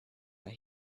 that